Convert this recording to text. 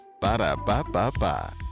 Ba-da-ba-ba-ba